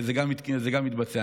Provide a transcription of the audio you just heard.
זה מתבצע.